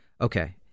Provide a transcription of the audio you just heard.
Okay